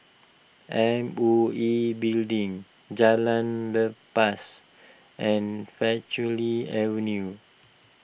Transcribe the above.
M O E Building Jalan Lepas and Avenue